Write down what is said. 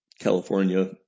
California